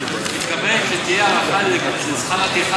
את מתכוונת שתהיה הארכה לשכר הטרחה